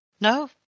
No